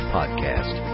Podcast